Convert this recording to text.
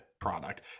product